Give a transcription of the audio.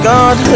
God